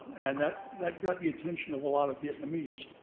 and that that got the attention of a lot of vietnamese.